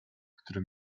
który